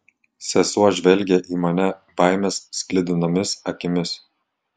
sesuo žvelgė į mane baimės sklidinomis akimis